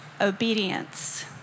obedience